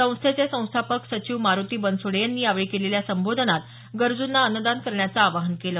संस्थेचे संस्थापक सचिव मारुती बनसोडे यांनी यावेळी केलेल्या सबोधनात गरजूना अन्नदान करण्याच आवाहन केलं